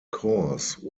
course